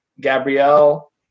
Gabrielle